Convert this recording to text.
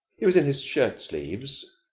he was in his shirt-sleeves,